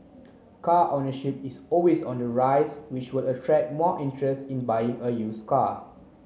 car ownership is always on the rise which will attract more interest in buying a use car